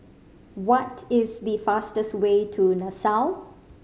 what is the fastest way to Nassau